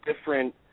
different